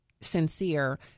sincere